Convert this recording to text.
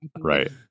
right